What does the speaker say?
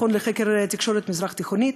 מכון לחקר תקשורת מזרח-תיכונית,